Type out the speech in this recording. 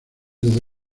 desde